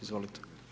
Izvolite.